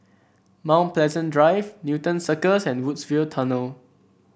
Mount Pleasant Drive Newton Circus and Woodsville Tunnel